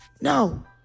no